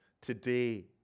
today